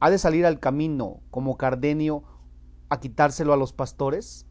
ha de salir al camino como cardenio a quitárselo a los pastores